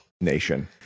Nation